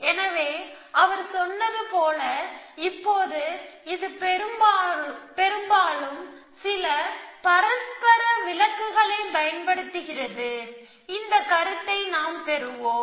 எனவே அவர் சொன்னது போல இப்போது இது பெரும்பாலும் சில பரஸ்பர விலக்குகளைப் பயன்படுத்துகிறது எனவே இந்த கருத்தை நாம் பெறுவோம்